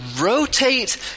rotate